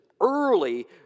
early